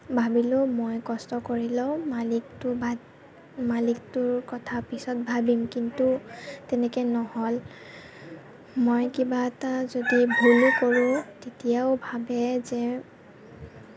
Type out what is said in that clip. ভাবিলোঁ মই কষ্ট কৰি লওঁ মালিকটো ভা মালিকটোৰ কথা পিছত ভাবিম কিন্তু তেনেকৈ নহ'ল মই কিবা এটা যদি ভুলো কৰোঁ তেতিয়াও ভাবে যে